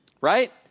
right